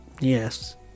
yes